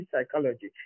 psychology